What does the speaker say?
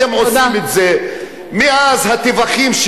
שלכם, של המתנחלים,